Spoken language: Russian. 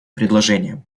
предложением